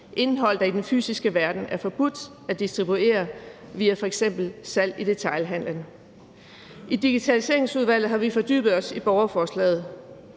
indhold, der i den fysiske verden er forbudt at distribuere via f.eks. salg i detailhandelen. I Digitaliseringsudvalget har vi fordybet os i borgerforslaget.